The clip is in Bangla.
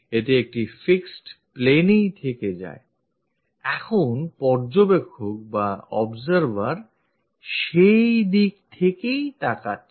এতে একটি fixed plane ই থেকে যায় এখন পর্যবেক্ষক বা observer সে দিক থেকে তাকাচ্ছে